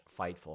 Fightful